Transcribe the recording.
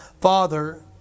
Father